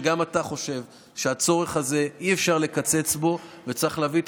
שגם אתה חושב שאי-אפשר לקצץ את הצורך הזה וצריך להביא את